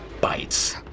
bites